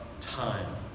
time